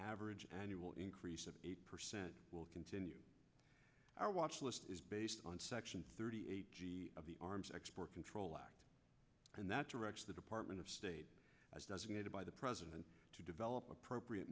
average annual increase of eight percent we'll continue our watchlist is based on section thirty eight of the arms export control act and that directs the department of state as designated by the president to develop appropriate